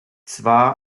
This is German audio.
zwar